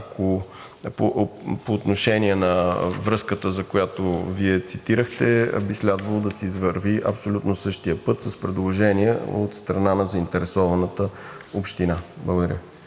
АПИ. По отношение на връзката, която Вие цитирахте, би следвало да се извърви абсолютно същият път с предложения от страна на заинтересованата община. Благодаря.